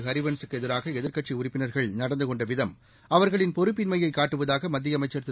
ஹரிவன்ஸ் க்கு எதிராக எதிர்க்கட்சி உறுப்பினர்கள் நடந்து கொண்ட விதம் அவர்களின் பொறுப்பின்மையை காட்டுவதாக மத்திய அமைச்சர் திரு